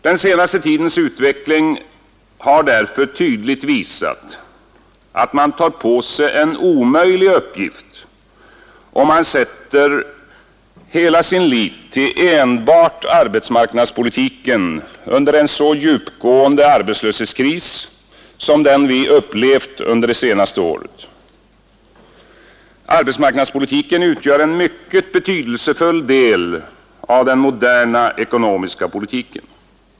Den senaste tidens utveckling har därför tydligt visat, att man tar på sig en omöjlig uppgift om man sätter hela sin lit enbart till arbetsmarknadspolitiken under en så djupgående arbetslöshetskris som den vi upplevt under det senaste året. Arbetsmarknadspolitiken utgör en mycket betydelsefull del av den moderna ekonomiska politiken.